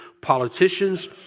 politicians